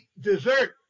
dessert